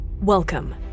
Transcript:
welcome